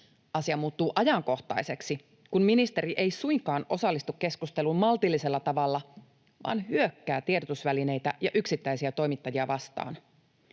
asia muuttuu ajankohtaiseksi, kun ministeri ei suinkaan osallistu keskusteluun maltillisella tavalla vaan hyökkää tiedotusvälineitä ja yksittäisiä toimittajia vastaan.